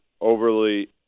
overly